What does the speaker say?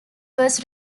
was